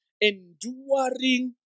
enduring